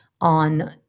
on